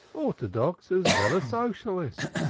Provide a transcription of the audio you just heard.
ortodox as veil as socialist.